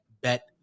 bet